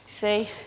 See